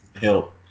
help